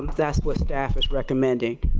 um staff but staff recommend ah